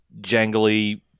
jangly